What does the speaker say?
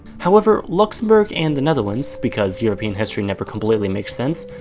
however, luxembourg and the netherlands, because european history never completely makes sense,